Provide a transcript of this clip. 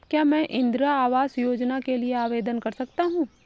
क्या मैं इंदिरा आवास योजना के लिए आवेदन कर सकता हूँ?